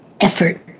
effort